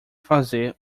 fazer